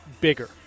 bigger